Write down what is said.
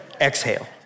exhale